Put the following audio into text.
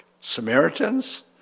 Samaritans